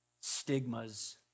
stigmas